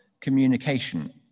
Communication